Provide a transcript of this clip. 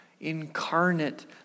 incarnate